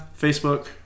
Facebook